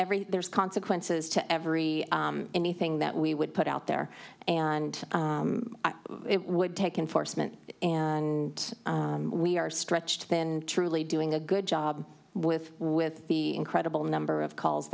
every there's consequences to every anything that we would put out there and it would take enforcement and we are stretched thin truly doing a good job with with the incredible number of calls